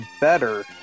better